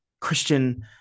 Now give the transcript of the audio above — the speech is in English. Christian